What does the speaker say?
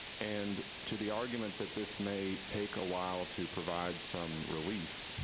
and to the argument that this may take a while to provide some relief,